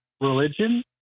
religion